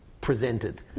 presented